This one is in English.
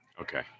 Okay